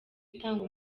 itanga